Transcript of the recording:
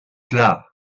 klar